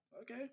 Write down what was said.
okay